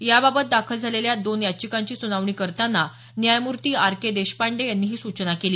याबाबत दाखल झालेल्या दोन याचिकांची सुनावणी करताना न्यायमूर्ती आर के देशपांडे यांनी ही सूचना केली